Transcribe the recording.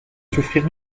souffrir